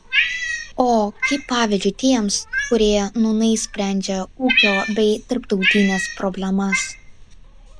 o kaip pavydžiu tiems kurie nūnai sprendžia ūkio bei tarptautines problemas